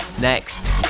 Next